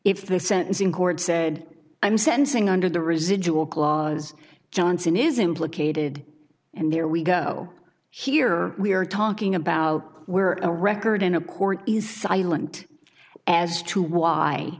if the sentence in court said i'm sensing under the residual clause johnson is implicated and there we go here we are talking about where a record in a court is silent as to why